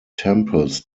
temples